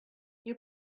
you